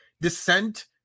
dissent